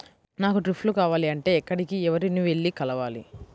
నాకు డ్రిప్లు కావాలి అంటే ఎక్కడికి, ఎవరిని వెళ్లి కలవాలి?